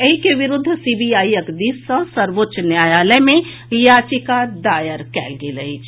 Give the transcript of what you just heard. एहि के विरूद्व सीबीआईक दिस सँ सर्वोच्च न्यायालय मे याचिका दायर कयल गेल अछि